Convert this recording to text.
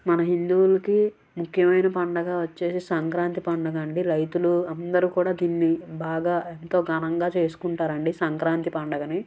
మన హిందువులుకి ముఖ్యమయిన పండగ వచ్చేసి సంక్రాంతి పండుగ అండి రైతులు అందరు కూడా దీనిని బాగా ఎంతో ఘనంగ చేసుకుంటారండి సంక్రాంతి పండుగని